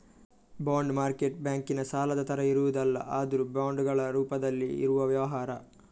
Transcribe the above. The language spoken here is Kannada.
ಬಾಂಡ್ ಮಾರ್ಕೆಟ್ ಬ್ಯಾಂಕಿನ ಸಾಲದ ತರ ಇರುವುದಲ್ಲ ಆದ್ರೂ ಬಾಂಡುಗಳ ರೂಪದಲ್ಲಿ ಇರುವ ವ್ಯವಹಾರ